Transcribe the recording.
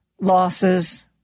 losses